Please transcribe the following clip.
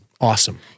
awesome